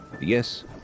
Yes